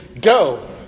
go